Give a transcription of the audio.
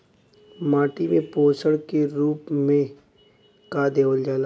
माटी में पोषण के रूप में का देवल जाला?